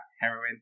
heroin